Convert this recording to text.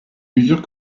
mesures